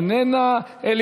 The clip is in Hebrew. אינה נוכחת,